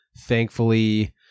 Thankfully